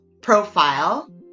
profile